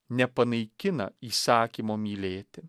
nepanaikina įsakymo mylėti